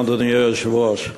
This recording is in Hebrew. אדוני היושב-ראש,